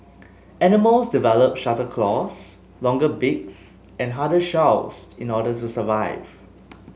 animals develop sharper claws longer beaks and harder shells in order to survive